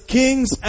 kings